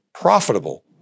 profitable